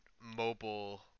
mobile